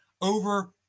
over